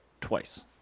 twice